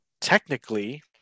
technically